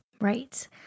Right